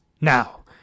Now